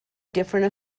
different